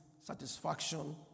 satisfaction